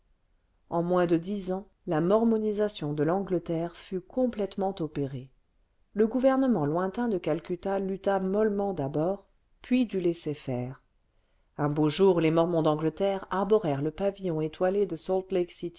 en moins de dix ans la mormonisation de l'angleterre fut complètement opérée le gouvernement lointain de calcutta lutta mollement d'abord puis dut laisser faire un beau jour les mormons d'angleterre arborèrent le pavillon étoile de